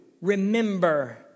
remember